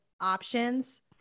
options